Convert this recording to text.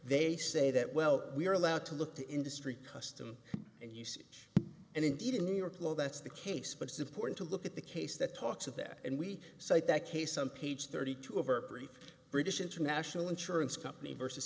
they say that well we are allowed to look to industry custom and usage and indeed in new york law that's the case but it's important to look at the case that talks of that and we cite that case on page thirty two of our brief british international insurance company versus